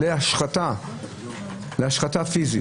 אלא להשחתה פיסית.